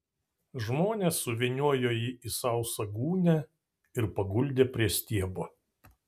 žmonės suvyniojo jį į sausą gūnią ir paguldė prie stiebo